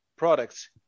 products